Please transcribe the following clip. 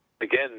again